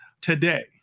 today